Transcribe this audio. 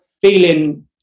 feeling